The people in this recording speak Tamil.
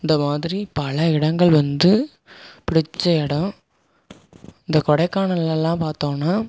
இந்த மாதிரி பல இடங்கள் வந்து பிடித்த இடம் இந்த கொடைக்கானல்லலாம் பார்த்தோன்னா